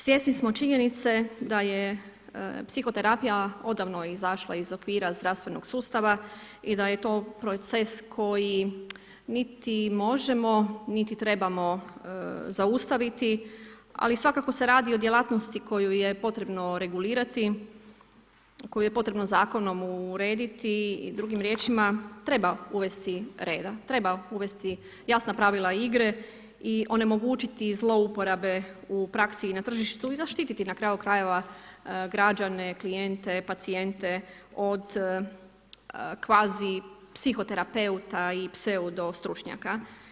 Svjesni smo činjenice da je psihoterapija odavno je izašla iz okvira zdravstvenog sustava i da je to proces koji niti možemo niti trebamo zaustaviti, a svakako se radi o djelatnosti koju je potrebno regulirati, koju je potrebno zakonom urediti i drugim riječima treba uvesti reda, treba uvesti jasna pravila igre i onemogućiti zlouporabe u praksi i na tržištu i zaštiti na kraju krajeva, građane, klijente, pacijente od kvazi psihoterapeuta i pseudostručnjaka.